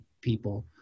people